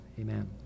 amen